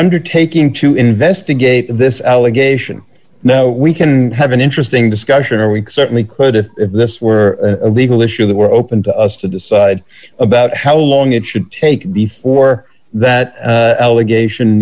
undertaking to investigate this allegation now we can have an interesting discussion or weeks certainly could if this were a legal issue that were open to us to decide about how long it should take before that allegation